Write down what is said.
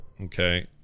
Okay